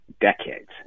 decades